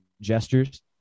gestures